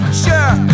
sure